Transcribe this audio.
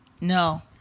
no